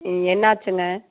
என்னாச்சுங்க